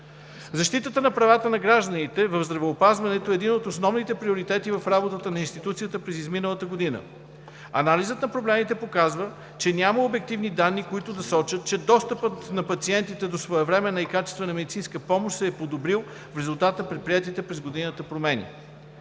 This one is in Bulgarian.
Защитата на правата на гражданите в здравеопазването е един от основните приоритети в работата на институцията през изминалата година. Анализът на проблемите показва, че няма обективни данни, които да сочат, че достъпът на пациентите до своевременна и качествена медицинска помощ се е подобрил в резултат на предприетите през годината промени.